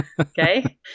okay